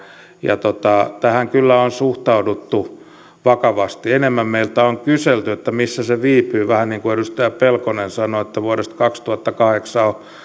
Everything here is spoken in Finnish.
ja tähän kyllä on suhtauduttu vakavasti enemmän meiltä on kyselty missä se viipyy vähän niin kuin edustaja pelkonen sanoi että vuodesta kaksituhattakahdeksan on